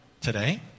today